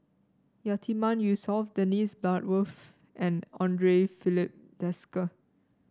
Yatiman Yusof Dennis Bloodworth and Andre Filipe Desker